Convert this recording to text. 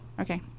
Okay